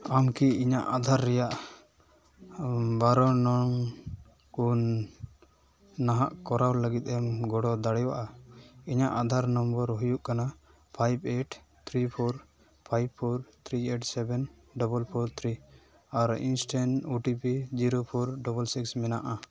ᱟᱢ ᱠᱤ ᱤᱧᱟᱹᱜ ᱟᱫᱷᱟᱨ ᱨᱮᱭᱟᱜ ᱵᱟᱨᱚ ᱱᱚ ᱯᱩᱱ ᱱᱟᱦᱟᱜ ᱠᱚᱨᱟᱣ ᱞᱟᱹᱜᱤᱫ ᱮᱢ ᱜᱚᱲᱚ ᱫᱟᱲᱮᱭᱟᱜᱼᱟ ᱤᱧᱟᱹᱜ ᱟᱫᱷᱟᱨ ᱱᱚᱢᱵᱚᱨ ᱫᱩᱭᱩᱜ ᱠᱟᱱᱟ five eight three four five four three eight seven double four three ᱟᱨ instead O T P zero four double six ᱢᱮᱱᱟᱜᱼᱟ